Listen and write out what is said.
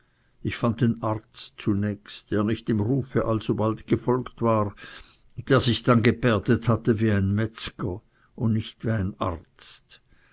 ich fand den arzt zunächst der nicht dem rufe alsobald gefolgt war der sich dann gebärdet hatte wie ein metzger und nicht wie ein arzt